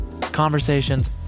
Conversations